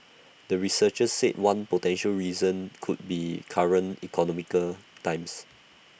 the researchers said one potential reason could be current economical times